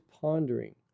pondering